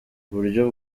uburyo